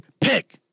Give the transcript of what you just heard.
Pick